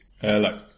Hello